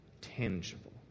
tangible